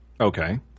Okay